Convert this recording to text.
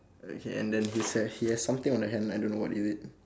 okay and then he ha~ he has something on the hand I don't know what is it